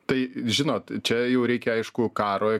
tai žinot čia jau reikia aišku karo